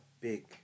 big